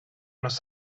nos